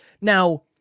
Now